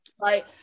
Right